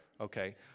okay